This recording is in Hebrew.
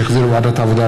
שהחזירה ועדת העבודה,